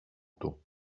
του